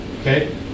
Okay